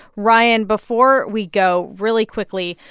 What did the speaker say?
ryan, before we go, really quickly,